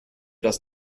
das